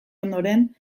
ondoren